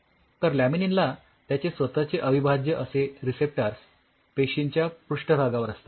तर लॅमिनीनला त्याचे स्वतःचे अविभाज्य असे रिसेप्टर्स पेशींच्या पृष्ठभागावर असतात